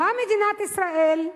באה מדינת ישראל,